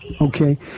Okay